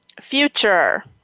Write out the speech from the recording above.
future